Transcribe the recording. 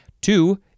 Two